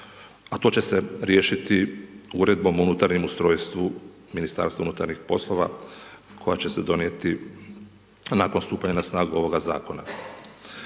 a to će se riješiti uredbom o unutarnjem ustrojstvu Ministarstva unutarnjih poslova, koje će se donijeti nakon stupanja na snagu ovoga zakona.